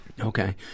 Okay